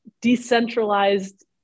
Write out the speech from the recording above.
decentralized